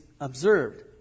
observed